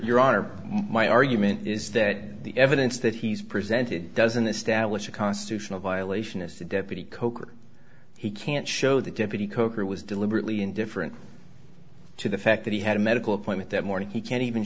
honor my argument is that the evidence that he's presented doesn't establish a constitutional violation as a deputy kolker he can't show that deputy kolker was deliberately indifferent to the fact that he had a medical appointment that morning he can't even